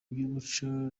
by’umuco